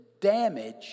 damage